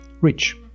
rich